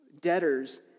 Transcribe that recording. debtors